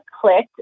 clicked